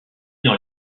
dans